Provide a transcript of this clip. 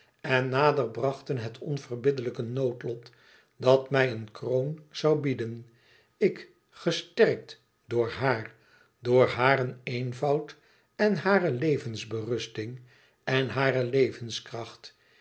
en nader brachten het onverbiddelijke noodlot dat mij een kroon zoû bieden ik gesterkt door haar door haren eenvoud en hare levensberusting en hare levenskracht